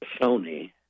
Sony